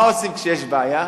מה עושים כשיש בעיה?